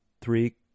three